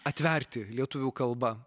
atverti lietuvių kalba